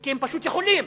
כי הם פשוט יכולים.